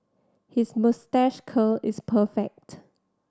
his moustache curl is perfect